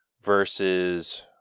versus